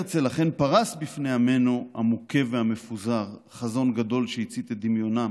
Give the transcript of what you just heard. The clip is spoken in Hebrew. הרצל אכן פרס בפני עמנו המוכה והמפוזר חזון גדול שהצית את דמיונם